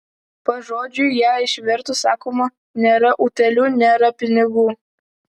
pažodžiui ją išvertus sakoma nėra utėlių nėra pinigų